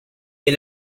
est